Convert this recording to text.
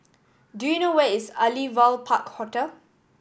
do you know where is Aliwal Park Hotel